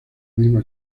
misma